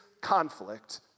conflict